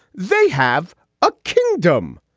they have a kingdom.